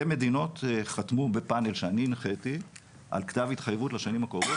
ומדינות חתמו בפאנל שאני הנחיתי על כתב התחייבות לשנים הקרובות,